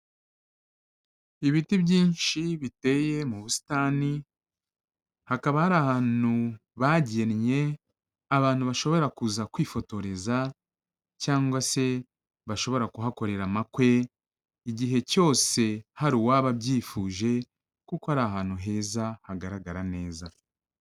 Ibiti byinshi biteye mu busitani, hakaba hari ahantu bagennye abantu bashobora kuza kwifotoreza cyangwa se bashobora kuhakorera amakwe igihe cyose hari uwaba abyifuje kuko ari ahantu heza hagaragara neza.